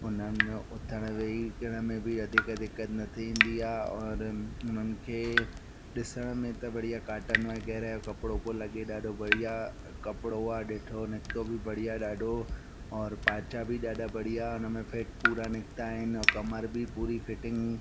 उन्हनि में उथण वेही करण में बि वधीक दिक़त न थींदी आहे औरि उन उन्हनि खे ॾिसण में त बढ़िया कॉटन वग़ैरह जो कपिड़ो पियो लॻे ॾाढो बढ़िया कपिड़ो आहे ॾिठो निकितो बि बढ़िया ॾाढो और पांचा बि ॾाढा बढ़िया उन में फिट पूरा निकिता आहिनि ऐं कमर बि पूरी फिटिंग